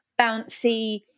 bouncy